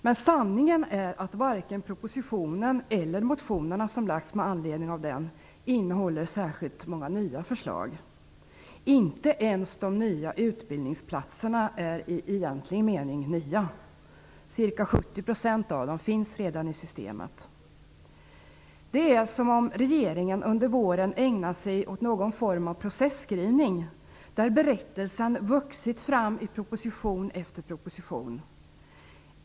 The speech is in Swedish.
Men sanningen är att varken propositionen som lagts fram eller motionerna som väckts med anledning av den innehåller särskilt många nya förslag. Inte ens de nya utbildningsplatserna är i egentlig mening nya. Ca 70 % av dem finns redan i systemet. Det är som om regeringen under våren har ägnat sig åt någon form av processkrivning där berättelsen vuxit fram i proposition efter proposition.